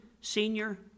senior